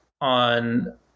on